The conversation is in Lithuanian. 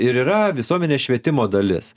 ir yra visuomenės švietimo dalis